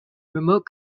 remote